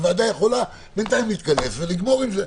הוועדה יכולה בינתיים להתכנס ולגמור עם זה.